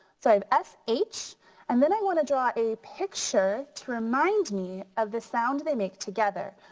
so i have s h and then i want to draw a picture to remind me of the sound they make together.